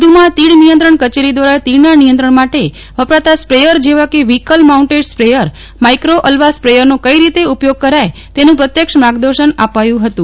વધુમાં તીડ નિયંત્રણ કચેરી દ્વારા તીડના નિયંત્રણ માટે વપરાતા સ્પ્રેયર જેવા કે વ્હિકલ માઉન્ટેડ સ્પ્રેયર માઇક્રો અલ્વા સ્પ્રેયરનો કઇ રીતે ઉપયોગ કરાય તેનું પ્રત્યક્ષ માર્ગદર્શન અપાયું હતું